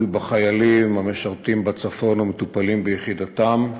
בחיילים המשרתים בצפון ומטופלים ביחידתם,